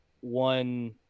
one